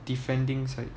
defending side